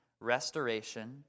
restoration